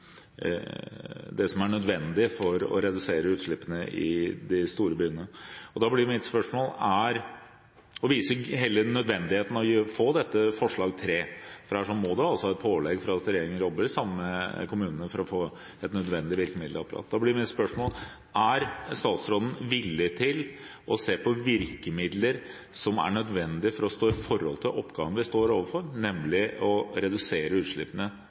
redusere utslippene i de store byene. Det viser nødvendigheten av å vedta innstillingens forslag til III, ellers må man ha et pålegg for at regjeringen jobber sammen med kommunene for å få et nødvendig virkemiddelapparat. Da blir mitt spørsmål: Er statsråden villig til å se på virkemidler som er nødvendige, og som står i forhold til oppgavene vi står overfor, nemlig å redusere utslippene